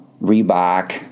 reebok